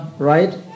Right